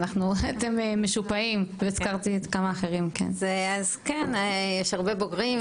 ואנחנו עוד משופעים לא הזכרתי עוד כמה אחרים --- כן יש הרבה בוגרים,